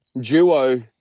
duo